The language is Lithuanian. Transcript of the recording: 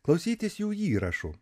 klausytis jų įrašų